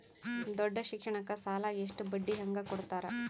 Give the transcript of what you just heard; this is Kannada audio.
ದೊಡ್ಡ ಶಿಕ್ಷಣಕ್ಕ ಸಾಲ ಎಷ್ಟ ಬಡ್ಡಿ ಹಂಗ ಕೊಡ್ತಾರ?